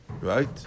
right